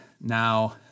Now